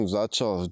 začal